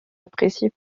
appréciés